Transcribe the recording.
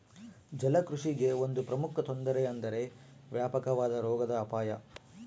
ಜಲಕೃಷಿಗೆ ಒಂದು ಪ್ರಮುಖ ತೊಂದರೆ ಎಂದರೆ ವ್ಯಾಪಕವಾದ ರೋಗದ ಅಪಾಯ